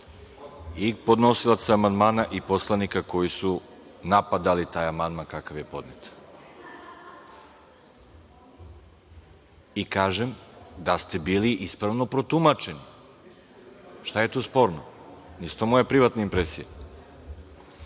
i podnosilaca amandmana i poslanika koji su napadali taj amandman kakav je podnet i kažem da ste bili ispravno protumačeni. Šta je tu sporno? Nisu to moje privatne impresije. Po